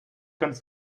ganz